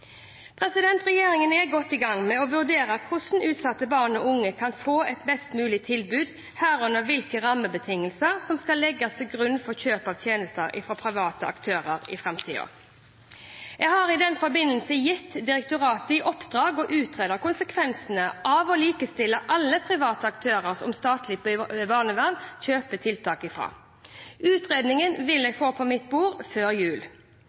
Regjeringen er godt i gang med å vurdere hvordan utsatte barn og unge kan få et best mulig tilbud, herunder hvilke rammebetingelser som skal legges til grunn for kjøp av tjenester fra private aktører i framtiden. Jeg har i den forbindelse gitt direktoratet i oppdrag å utrede konsekvensene av å likestille alle private aktører som statlig barnevern kjøper tiltak fra. Utredningen vil jeg få på mitt bord før jul.